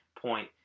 point